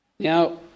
Now